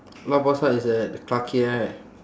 lau pa sat is at clarke quay right